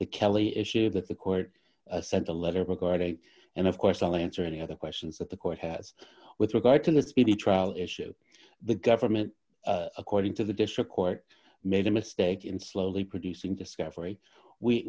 it kelly issue that the court sent a letter regarding and of course i'll answer any other questions that the court has with regard to the speedy trial issue the government according to the district court made a mistake in slowly producing discovery